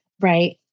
right